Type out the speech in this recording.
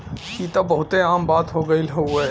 ई त बहुते आम बात हो गइल हउवे